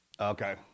Okay